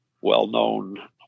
well-known